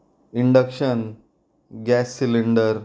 induction gas cylinder